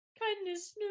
Kindness